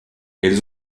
elles